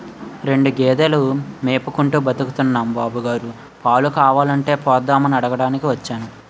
రెండు గేదెలు మేపుకుంటూ బతుకుతున్నాం బాబుగారు, పాలు కావాలంటే పోద్దామని అడగటానికి వచ్చాను